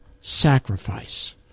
sacrifice